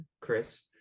Chris